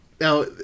Now